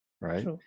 right